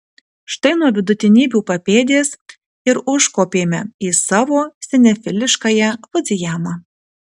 štai nuo vidutinybių papėdės ir užkopėme į savo sinefiliškąją fudzijamą